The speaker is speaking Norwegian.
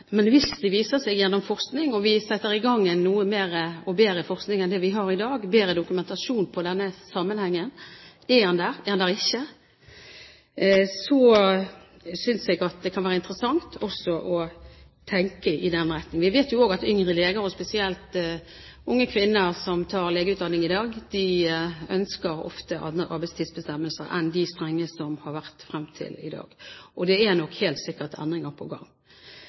men hvis det viser seg gjennom forskning, hvis vi setter i gang mer og bedre forskning enn det vi har i dag, og får en bedre dokumentasjon på denne sammenhengen – er den der, er den der ikke – synes jeg at det kan være interessant også å tenke i den retningen. Vi vet også at yngre leger og spesielt unge kvinner som tar legeutdanning i dag, ofte ønsker andre arbeidstidsbestemmelser enn de strenge som har vært frem til i dag, og det er nok helt sikkert endringer på gang.